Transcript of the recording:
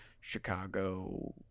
Chicago